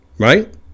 Right